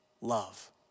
love